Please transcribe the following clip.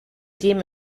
dem